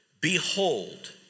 Behold